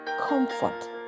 comfort